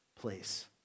place